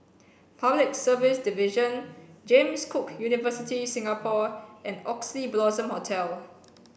public service division James Cook University Singapore and Oxley Blossom Hotel